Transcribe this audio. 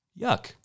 yuck